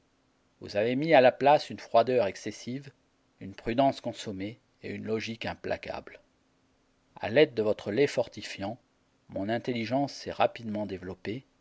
vous avez mis à la place une froideur excessive une prudence consommée et une logique implacable a l'aide de votre lait fortifiant mon intelligence s'est rapidement développée